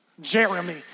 Jeremy